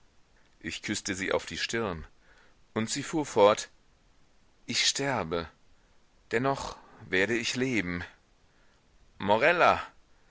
ich küßte sie auf die stirn und sie fuhr fort ich sterbe dennoch werde ich leben morella